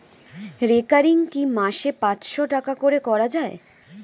Recurring কি মাসে পাঁচশ টাকা করে করা যায়?